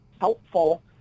helpful